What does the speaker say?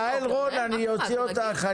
מה קרה לך?